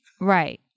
Right